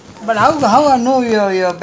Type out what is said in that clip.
this is sometimes talk without thinking